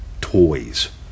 toys